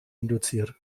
induziert